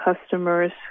customers